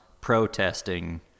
protesting